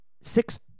six